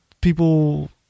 people